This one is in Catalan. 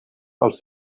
els